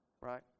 right